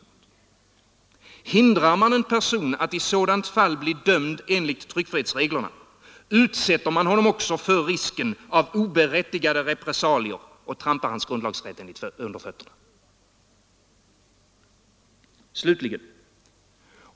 Hindrar man en person att i sådant fall bli dömd enligt tryckfrihetsreglerna, utsätter man honom för risken av oberättigade repressalier och trampar hans grundlagsrätt under fötterna. Slutligen.